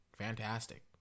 Fantastic